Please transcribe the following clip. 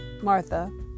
Martha